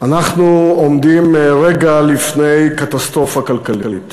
אנחנו עומדים רגע לפני קטסטרופה כלכלית.